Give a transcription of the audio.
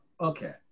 Okay